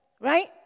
right